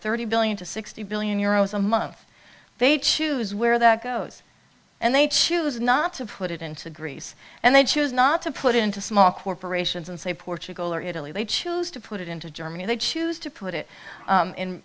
thirty billion dollars to sixty billion dollars euros a month they choose where that goes and they choose not to put it into greece and they choose not to put it into small corporations and say portugal or italy they choose to put it into germany they choose to put it